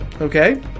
Okay